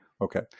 okay